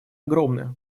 огромны